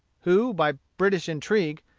who, by british intrigue,